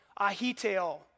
Ahiteo